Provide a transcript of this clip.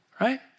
right